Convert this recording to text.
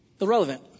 Irrelevant